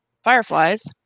Fireflies